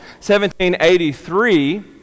1783